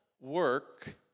work